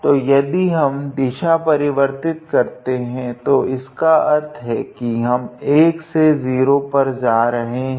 तो यदि हम दिशा को परिवर्तित करते है तो इसका अर्थ है की हम 1 से 0 पर जा रहे है